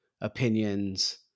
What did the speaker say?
opinions